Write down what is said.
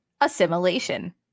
assimilation